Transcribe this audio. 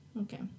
Okay